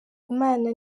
imana